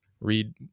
read